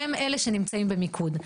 הם אלה שנמצאים במיקוד.